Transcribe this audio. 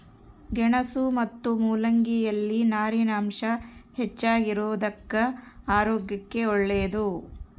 ಗೆಣಸು ಮತ್ತು ಮುಲ್ಲಂಗಿ ಯಲ್ಲಿ ನಾರಿನಾಂಶ ಹೆಚ್ಚಿಗಿರೋದುಕ್ಕ ಆರೋಗ್ಯಕ್ಕೆ ಒಳ್ಳೇದು